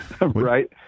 Right